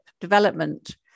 development